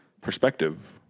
perspective